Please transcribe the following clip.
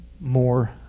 more